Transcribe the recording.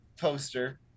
poster